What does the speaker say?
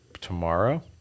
tomorrow